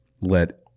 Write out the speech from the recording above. let